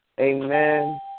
Amen